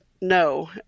No